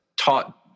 taught